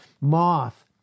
moth